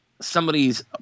somebody's